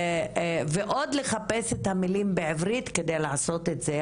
ועוד לחפש את המילים בעברית כדי לעשות את זה,